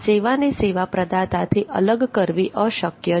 સેવાને સેવા પ્રદાતાથી અલગ કરવી અશક્ય છે